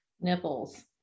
Nipples